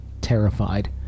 terrified